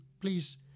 please